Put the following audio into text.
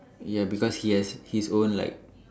ya because he has his own like